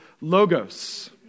logos